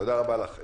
תודה רבה לך.